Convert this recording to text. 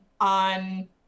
on